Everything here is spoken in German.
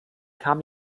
kam